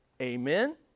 Amen